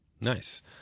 Nice